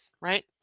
right